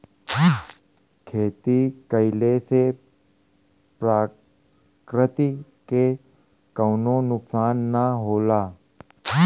खेती कइले से प्रकृति के कउनो नुकसान ना होला